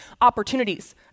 opportunities